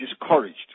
discouraged